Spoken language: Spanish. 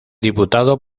diputado